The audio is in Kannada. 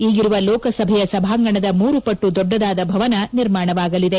ಈಗಿರುವ ಲೋಕಸಭೆಯ ಸಭಾಂಗಣದ ಮೂರು ಪಟ್ಲು ದೊಡ್ಡದಾದ ಭವನ ನಿರ್ಮಾಣವಾಗಲಿದೆ